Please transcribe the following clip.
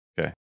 Okay